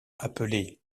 appelé